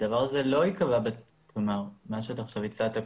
הדבר הזה לא ייקבע בתקנות, מה שאתה עכשיו הצעת.